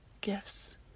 gifts